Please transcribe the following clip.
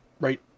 right